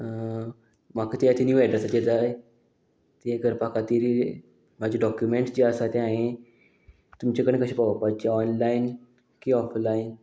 म्हाका तें आतां न्यू एड्रेसाचेर जाय तें करपा खातीर म्हाजे डॉक्युमेंट्स जे आसा ते हांये तुमचे कडेन कशें पावोपाचे ऑनलायन की ऑफलायन